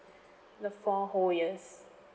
the four whole years